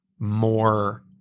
more